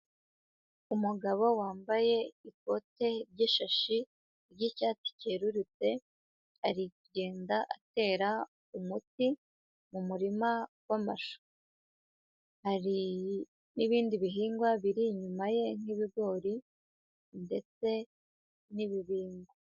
Umugabo wambaye ikote ry'ishashi ry'icyatsi cyerurutse, ari kugenda atera umuti mu murima w'amashu. Hari n'ibindi bihingwa biri inyuma ye nk'ibigori, ndetse n'ibibingo.